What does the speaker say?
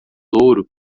louro